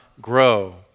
grow